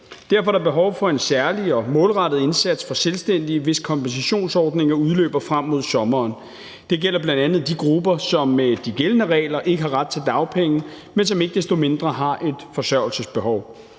Derfor er der behov for en særlig og målrettet indsats for selvstændige, hvis kompensationsordninger udløber frem mod sommeren. Det gælder bl.a. de grupper, som med de gældende regler ikke har ret til dagpenge, men som ikke desto mindre har et forsørgelsesbehov.